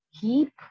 keep